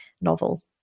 novel